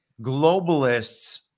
globalists